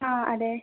ആ അതെ